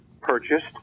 purchased